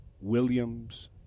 Williams